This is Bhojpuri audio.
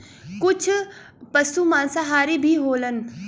कुछ पसु मांसाहारी भी होलन